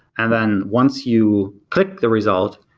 and then once you click the result,